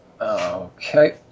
Okay